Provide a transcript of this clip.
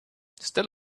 stall